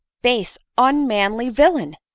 base, unmanly villain!